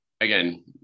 again